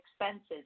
expenses